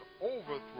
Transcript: overthrow